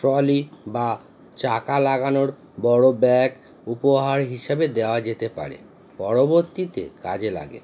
trolley বা চাকা লাগানোর বড়ো ব্যাগ উপহার হিসাবে দেওয়া যেতে পারে পরবর্তীতে কাজে লাগে